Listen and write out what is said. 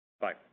Bye